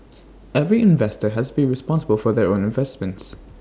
every investor has be responsible for their own investments